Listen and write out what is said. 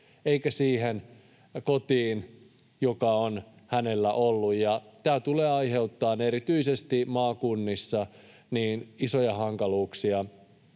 eikä siihen kotiin, joka on hänellä ollut. Tämä tulee aiheuttamaan erityisesti maakunnissa isoja hankaluuksia